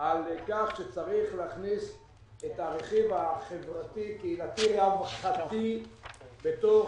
על כך שצריך להכניס את הרכיב החברתי קהילתי הרווחתי בתוך